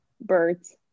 birds